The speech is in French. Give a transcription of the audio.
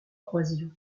croisillons